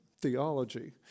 theology